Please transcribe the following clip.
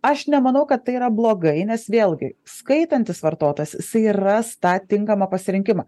aš nemanau kad tai yra blogai nes vėlgi skaitantis vartotas jisai ras tą tinkamą pasirinkimą